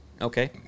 Okay